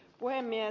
puhemies